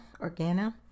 Organa